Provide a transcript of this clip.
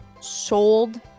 Sold